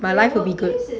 my life will be good